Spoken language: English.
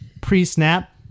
pre-snap